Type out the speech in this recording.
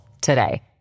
today